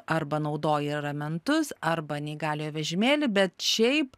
arba naudoji ramentus arba neįgaliojo vežimėlį bet šiaip